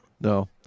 No